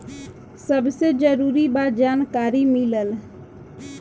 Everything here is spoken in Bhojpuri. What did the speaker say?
सबसे जरूरी बा जानकारी मिलल